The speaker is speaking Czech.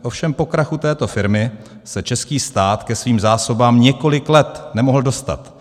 Ovšem po krachu této firmy se český stát ke svým zásobám několik let nemohl dostat.